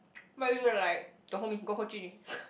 but you were like don't hold me go hold Jun-Yi